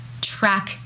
track